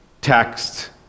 text